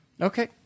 okay